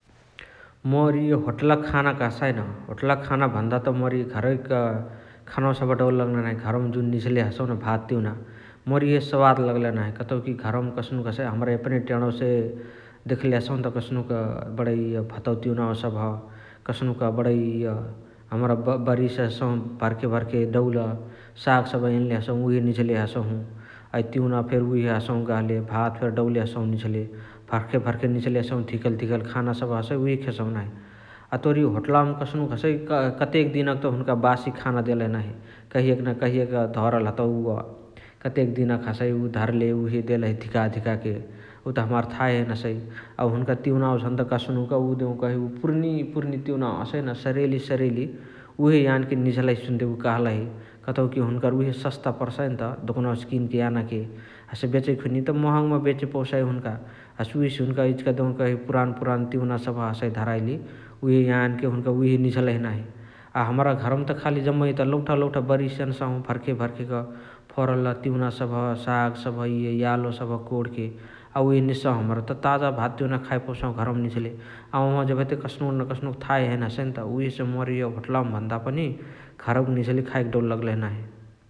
मोर इअ होटलक खान कसाइन होटलक खान भन्दा त मोर इअ घरवैक खानवा सबह डौल लगलही नाही । घरवमा जुन निझले हसहु न भात तिउना मोर इहे सवाद लगलही नाही । कतउकी घरवमा कसनुक हसइ हमरा एपने टेणवसे देखले हसहुनत कसनुक बणइ एबे भतवा तिउनावा सबह । कसनुक बणइ इअ हमरा बरियासे एनसाहु भरखे भरखे डौल साग सबह एनले हसहु उहे निझले हसहु । अ तिउना फेरी उहे हसहु गहले, भात फेरी डौले हसहु निझले । भर्खे भर्खे निझले हसहु धिकल धिकल खाना सबह हसइ उहे खेसहु नाही । अ तोर इअ होटलावमा कस्नुक हसइ कतेक दिनक हतउ हुनुका बासी खाना देलही नाही । कहियाक न कहियाक धरल हतउ उअ ।कतेक दिनक हसइ उअ धरले उहे देलही धिका धिकाके । उत हमार थाहे हैने हसइ । अ हुनुका तिउनावा झनत कसनुक पुर्नी पुर्नी तिउनावा हसइन सारीयैली सारीयैली उहे यानके निझलही सुन्ते उ कहलही । कतउकी हुनकर उहे सस्ता परसाइनत दोकनावसे किनके यानके । हसे बेचइ खुनिय त महङमा बेचे पौसाइ हुनुका । हसे उहेसे हुनुका देउनकही पुरान पुरान तिउना सबह हसइ धराइली उहे यानके हुनुका उहे निझलही नाही । अ हमरा घरवमा त खाली जम्मै त लउठा लउठ बरिसे एनसाहु भर्खे भर्खे क चराल तिउना सबह साग सबह इअ यालो सबह कोणके । अ उहे निझसाहु हमरा त ताजा भात तिउना खाए पौसाहु घरवमा निझले । अ ओहवा जेबही त कस्नुक न कसनुक थाहे हैने हसइनत । उहेसे मोर इअ होटलवमा भन्दा पनि घरवक निझली खाएके डौल लगलही नाही ।